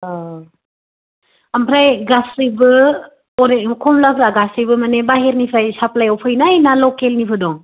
औ आमफ्राय गासैबो हरै खमलाफ्रा गासैबो माने बायह्रानिफ्राय साफ्लाय फैनाय ना लकेलनिबो दं